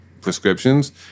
prescriptions